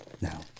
Now